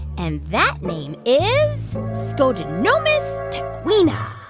and that name is scotinomys teguina